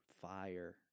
fire